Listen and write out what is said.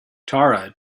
tara